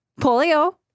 Polio